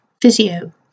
physio